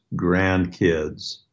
Grandkids